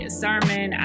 sermon